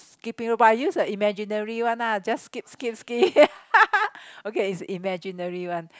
skipping rope but I use a imaginary one ah just skip skip skip okay it's imaginary one